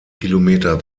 kilometer